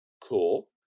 Cool